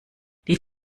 die